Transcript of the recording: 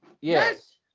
Yes